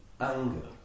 anger